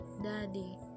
daddy